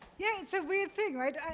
yeah it's a weird thing, right?